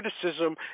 criticism